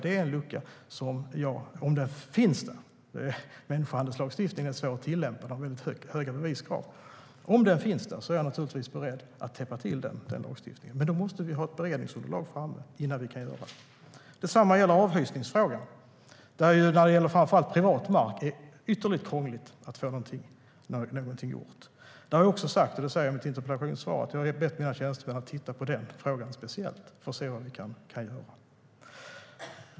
Människohandelslagstiftningen är svår att tillämpa; den har väldigt höga beviskrav. Om det finns en lucka i lagstiftningen är jag naturligtvis beredd att täppa till den, men vi måste ha ett beredningsunderlag framme innan vi kan göra det. Detsamma gäller avhysningsfrågan. När det gäller framför allt privat mark är det ytterligt krångligt att få någonting gjort. Som jag sagt, också i mitt interpellationssvar, har jag bett mina tjänstemän att titta på den frågan speciellt för att se vad vi kan göra.